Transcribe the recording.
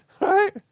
right